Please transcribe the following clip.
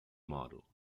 model